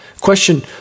Question